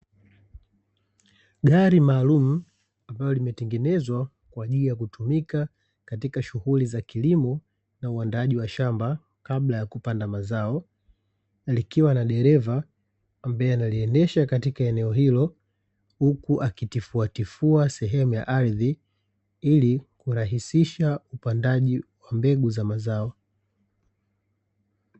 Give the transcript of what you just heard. Gari maalumu, ambalo limetengenezwa kwa ajili ya kutumika katika shughuli za kilimo na uandaaji wa shamba kabla ya kupanda mazao, likiwa na dereva ambae analiendesha katika eneo hilo, huku akitifuatifua sehemu ya ardhi ili kurahisisha upandaji wa mbegu za mazao.